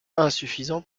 insuffisant